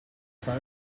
try